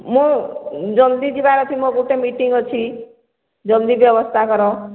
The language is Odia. ମୁଁ ଜଲଦି ଯିବାର ଅଛି ମୋ ଗୋଟେ ମିଟିଂ ଅଛି ଜଲଦି ବ୍ୟବସ୍ଥା କର